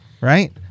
right